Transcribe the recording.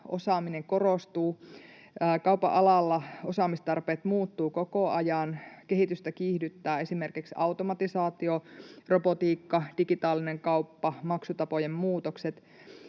osaaminen korostuu. Kaupan alalla osaamistarpeet muuttuvat koko ajan, kehitystä kiihdyttää esimerkiksi automatisaatio, robotiikka, digitaalinen kauppa, maksutapojen muutokset,